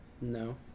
no